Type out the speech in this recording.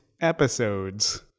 episodes